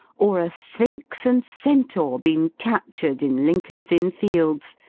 or a sphinx and centaur been captured in lincoln's inn fields,